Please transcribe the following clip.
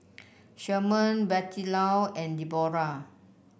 Sherman Bettylou and Debora